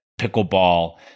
pickleball